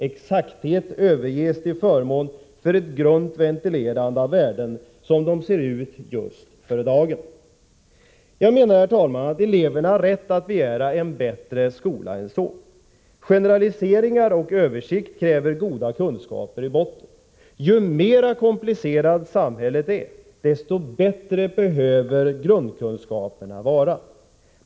Exaktheten överges till förmån för ett grunt ventilerande av värden som gäller just för dagen. Jag menar, herr talman, att eleverna har rätt att begära en bättre skola än så. Generaliseringar och översikter kräver goda kunskaper i botten. Ju mer komplicerat samhället är, desto bättre behöver grundkunskaperna vara.